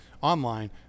online